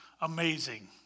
amazing